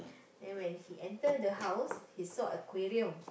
then when he enter the house he saw aquarium